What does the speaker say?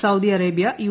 Saudi Arabia U